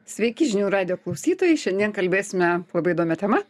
sveiki žinių radijo klausytojai šiandien kalbėsime labai įdomia tema